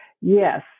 yes